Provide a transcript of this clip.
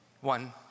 one